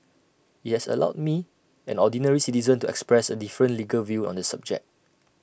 IT has allowed me an ordinary citizen to express A different legal view on this subject